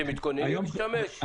אתם מתכוננים להשתמש?